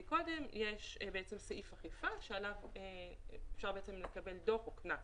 קודם יש סעיף אכיפה שעליו אפשר לקבל דוח או קנס